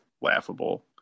laughable